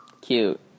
Cute